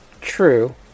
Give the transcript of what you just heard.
True